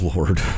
Lord